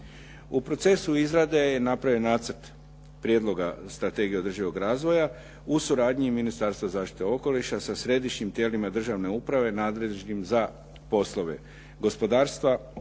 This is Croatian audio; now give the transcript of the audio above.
U procesu izrade je napravljen nacrt prijedloga strategije održivog razvija u suradnji Ministarstva zaštite okoliša sa središnjim tijelima državne uprave nadležnim za poslove gospodarstva,